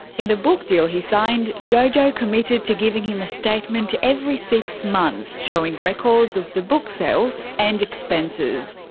in the book deal he signed, jojo committed to giving him a statement every six months showing records of the books sales and expenses.